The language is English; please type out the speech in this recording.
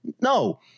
no